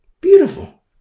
Beautiful